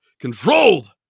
controlled